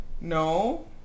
No